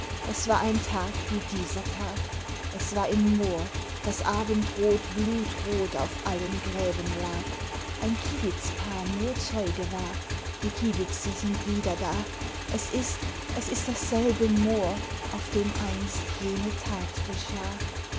es war ein tag wie dieser tag es war im moor das abendrot blutrot auf allen gräben lag ein kiebitzpaar nur zeuge war die kiebitze sind wieder da es ist es ist dasselbe moor auf dem einst jene tat geschah